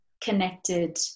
connected